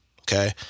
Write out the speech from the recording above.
okay